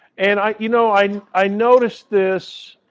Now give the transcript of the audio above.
and i you know, i i noticed this